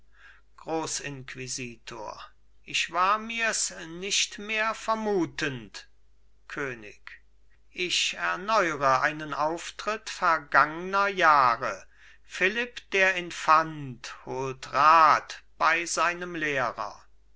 grossinquisitor ich war mirs nicht mehr vermutend könig ich erneure einen auftritt vergangner jahre philipp der infant holt rat bei seinem lehrer